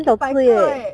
一百个 leh